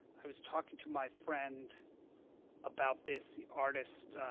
i was talking to my friend about this, the artist,